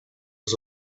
was